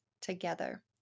together